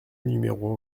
numéro